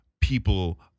people